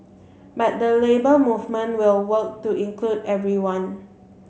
but the Labour Movement will work to include everyone